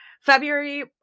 February